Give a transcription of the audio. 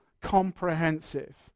comprehensive